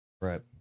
Right